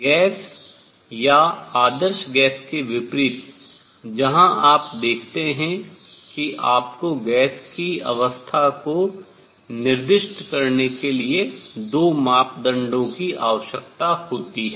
gas या आदर्श gas के विपरीत जहां आप देखते हैं कि आपको गैस की अवस्था को निर्दिष्ट करने के लिए 2 मापदंडों की आवश्यकता होती है